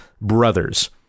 brothers